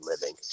living